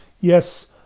yes